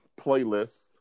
playlist